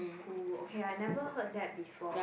oh okay I've never heard that before